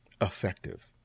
effective